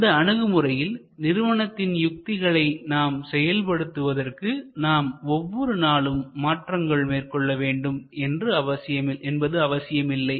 இந்த அணுகுமுறையில் நிறுவனத்தின் யுக்திகளை நாம் செயல்படுத்துவதற்கு நாம் ஒவ்வொரு நாளும் மாற்றங்கள் மேற்கொள்ள வேண்டும் என்பது அவசியமில்லை